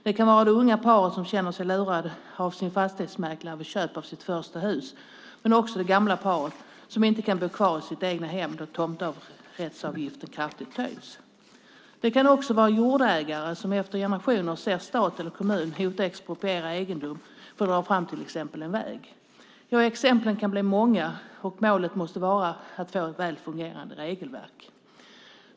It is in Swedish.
Det kan vara det unga paret som känner sig lurat av sin fastighetsmäklare vid köp av sitt första hus, men det kan också vara det gamla paret som inte kan bo kvar i sitt egnahem eftersom tomträttsavgiften har höjts kraftigt. Det kan också vara jordägare som efter generationers ägande sett staten eller kommunen framföra hot om att expropriera egendom för att till exempel dra fram en väg. Exemplen kan bli många, och målet måste vara att få ett väl fungerande regelverk.